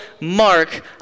mark